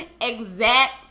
exact